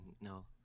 no